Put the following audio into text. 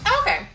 Okay